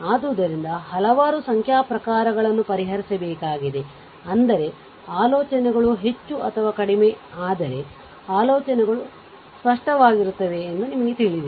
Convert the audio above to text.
ಆದ್ದರಿಂದ ಹಲವಾರು ಸಂಖ್ಯಾ ಪ್ರಕಾರಗಳನ್ನು ಪರಿಹರಿಸಬೇಕಾಗಿದೆ ಅಂದರೆ ಆಲೋಚನೆಗಳು ಹೆಚ್ಚು ಅಥವಾ ಕಡಿಮೆ ಆದರೆ ಆಲೋಚನೆಗಳು ಸ್ಪಷ್ಟವಾಗಿರುತ್ತವೆ ಎಂದು ನಿಮಗೆ ತಿಳಿದಿದೆ